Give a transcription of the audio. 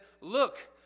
Look